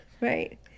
right